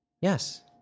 Yes